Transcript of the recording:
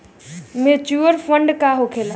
Mutual fund का होखेला?